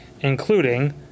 including